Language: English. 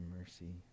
mercy